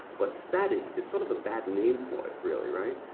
but static is sort of a bad name for it really, right?